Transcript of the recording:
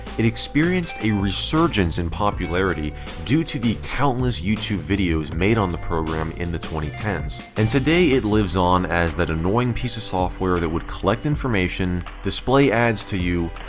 it experienced a resurgence in popularity due to the countless youtube videos made on the program in the twenty ten s. and today, it lives on as that annoying piece of software that would collect information, display ads to you,